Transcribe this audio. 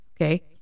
Okay